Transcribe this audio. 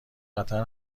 قطر